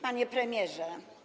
Panie Premierze!